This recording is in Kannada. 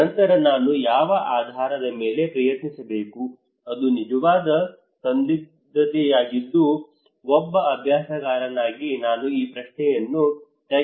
ನಂತರ ನಾನು ಯಾವ ಆಧಾರದ ಮೇಲೆ ಪ್ರಯತ್ನಿಸಬೇಕು ಅದು ನಿಜವಾದ ಸಂದಿಗ್ಧತೆಯಾಗಿದ್ದು ಒಬ್ಬ ಅಭ್ಯಾಸಕಾರನಾಗಿ ನಾನು ಈ ಪ್ರಶ್ನೆಯನ್ನು ತಜ್ಞರಿಗೆ ಕೇಳಲು ಬಯಸುತ್ತೇನೆ